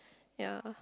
ye